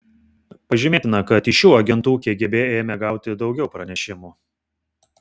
pažymėtina kad iš šių agentų kgb ėmė gauti daugiau pranešimų